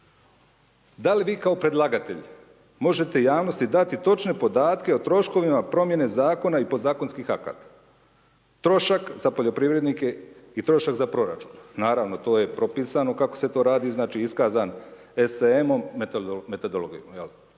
Da li vi kao predlagatelj možete javnosti dati točne podatke o troškovima promjene zakona i podzakonskih akata? Trošak za poljoprivrednike i trošak za proračun? Naravno, to je propisano kako se to radi, znači iskazan .../Govornik